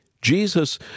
Jesus